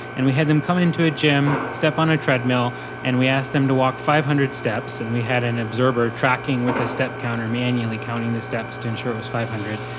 and we had them come into a gym, step on a treadmill and we asked them to walk five hundred steps, and we had an observer tracking with a step counter manually counting the steps to ensure it was five hundred.